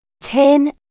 Ten